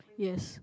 yes